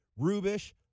Rubish